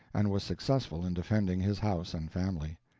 and was successful in defending his house and family.